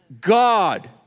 God